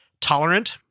tolerant